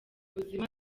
buzima